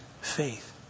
faith